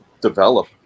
develop